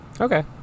Okay